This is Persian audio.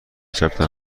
چپتان